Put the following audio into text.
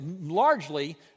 largely